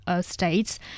States